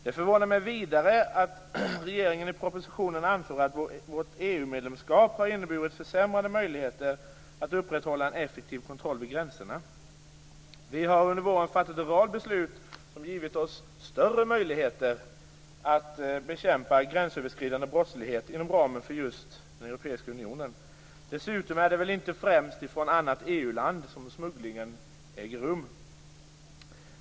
Det förvånar mig vidare att regeringen i propositionen anför att vårt EU-medlemskap har inneburit försämrade möjligheter att upprätthålla en effektiv kontroll vid gränserna. Vi har under våren fattat en rad beslut som har givit oss större möjligheter att bekämpa gränsöverskridande brottslighet inom ramen för just den europeiska unionen. Dessutom är det väl inte främst från annat EU-land som smugglingen äger rum.